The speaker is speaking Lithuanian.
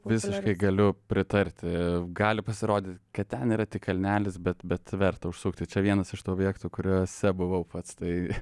visiškai galiu pritarti gali pasirodyt kad ten yra tik kalnelis bet bet verta užsukti čia vienas iš tų objektų kuriuose buvau pats tai